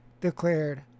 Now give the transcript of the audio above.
declared